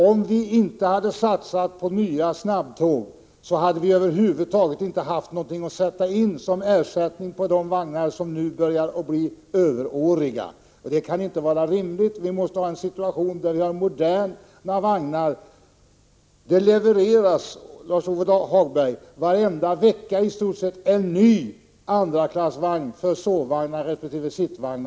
Om vi inte hade satsat på nya snabbtåg, hade vi över huvud taget inte haft någonting att sätta in som ersättning för de vagnar som nu börjar bli överåriga. Och det skulle inte vara rimligt. Vi måste ha moderna vagnar. Det levereras, Lars-Ove Hagberg, i stort sett en ny andraklassvagn varenda vecka —-sovvagn eller sittvagn.